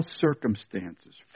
circumstances